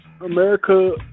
America